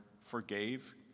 forgave